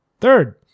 Third